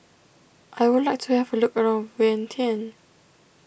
I would like to have a look around Vientiane